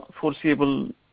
foreseeable